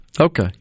okay